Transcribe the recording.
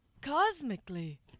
Cosmically